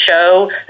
show